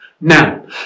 Now